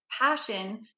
passion